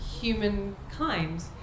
humankind